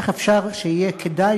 איך אפשר שיהיה כדאי,